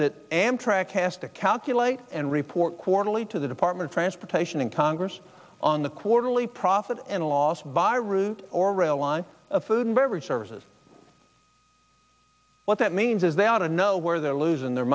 that amtrak cast a calculator and report quarterly to the department of transportation and congress on the quarterly profit and loss by route or rail line food and beverage services what that means is they ought to know where they're losing their